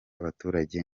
abaturage